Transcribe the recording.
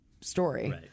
story